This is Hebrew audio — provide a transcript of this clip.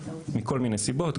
מכל מיני סיבות.